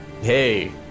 Hey